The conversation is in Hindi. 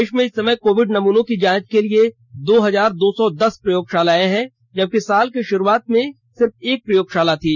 देश में इस समय कोविड नमूनों की जांच के लिए दो हजार दो सौ दस प्रयोगशालएं हैं जबकि साल के शुरुआत में सिर्फ एक प्रयोगशाला थी